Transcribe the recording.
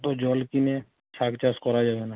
অতো জল কিনে শাক চাষ করা যাবে না